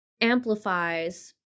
amplifies